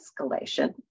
escalation